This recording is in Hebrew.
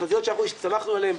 התחזיות שאנחנו הסתמכנו עליהם,